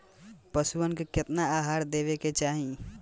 पशुअन के केतना आहार देवे के चाही?